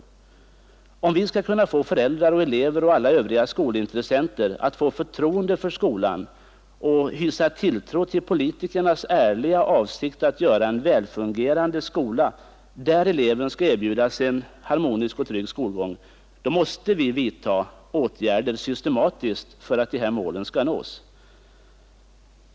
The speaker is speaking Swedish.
Skall vi kunna få föräldrar och elever och alla övriga skolintressenter att hysa förtroende för skolan och tilltro till politikernas ärliga avsikt att göra en välfungerande skola, där eleven skall erbjudas en harmonisk och trygg skolgång, måste vi systematiskt vidta åtgärder för att de här målen skall nås.